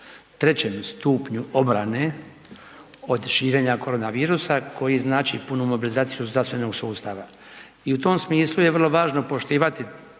trećem stupnju obrane od širenja korona virusa koji znači punu mobilizaciju zdravstvenog sustava, i u tom smislu je vrlo važno poštovati